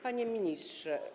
Panie Ministrze!